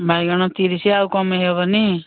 ବାଇଗଣ ତିରିଶ ଆଉ କମ୍ ହେବନି